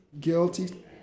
guilty